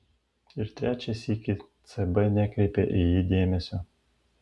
ir trečią sykį cb nekreipė į jį dėmesio